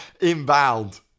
Inbound